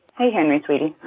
hey, henry, sweetie.